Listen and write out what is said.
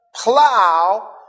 Plow